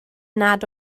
nad